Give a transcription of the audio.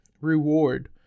reward